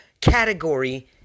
category